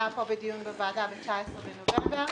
היה פה בדיון בוועדה ב-19 בנובמבר,